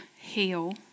heal